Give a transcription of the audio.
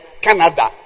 Canada